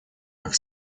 как